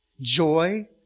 joy